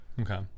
Okay